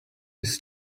his